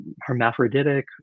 hermaphroditic